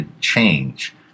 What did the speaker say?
change